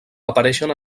apareixen